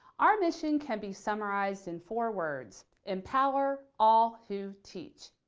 our mission can be summarized in four words empower all who teach.